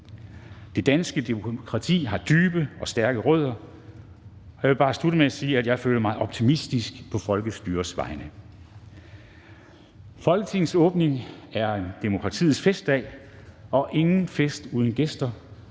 Det danske demokrati har dybe og stærke rødder, og jeg vil bare slutte med at sige, at jeg føler mig optimistisk på folkestyrets vegne. Kl. 12:06 Velkomstord Formanden (Henrik Dam Kristensen): Folketingets åbning er en demokratiets festdag, og ingen fest uden gæster,